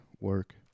work